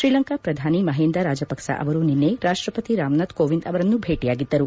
ಶ್ರೀಲಂಕಾ ಪ್ರಧಾನಿ ಮಹಿಂದಾ ರಾಜಪಕ್ಷ ಅವರು ನಿನ್ನೆ ರಾಷ್ಷಪತಿ ರಾಮನಾಥ್ ಕೋವಿಂದ್ ಅವರನ್ನು ಭೇಟಿಯಾಗಿದ್ದರು